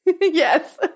Yes